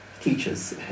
teachers